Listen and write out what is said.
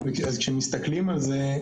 כשמסתכלים על זה,